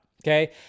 Okay